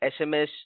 SMS